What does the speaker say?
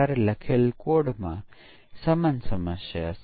અને ખરેખર તે પ્રવૃત્તિઓ કોણ કરે છે